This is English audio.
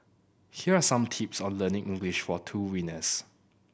here are some tips on the learning English from two winners